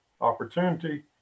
opportunity